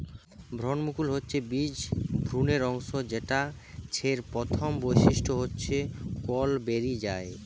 ভ্রূণমুকুল হচ্ছে বীজ ভ্রূণের অংশ যেটা ছের প্রথম বৈশিষ্ট্য হচ্ছে কল বেরি যায়